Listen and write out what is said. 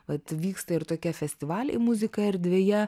atvyksta ir tokie festivaliai muzika erdvėje